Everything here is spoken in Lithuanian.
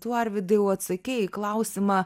tu arvydai jau atsakei į klausimą